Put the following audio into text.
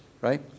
right